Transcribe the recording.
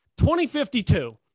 2052